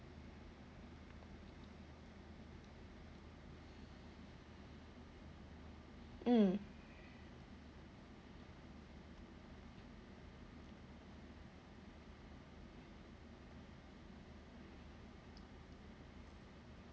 mm